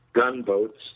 gunboats